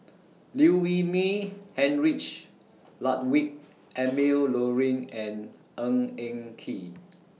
Liew Wee Mee Heinrich Ludwig Emil Luering and Ng Eng Kee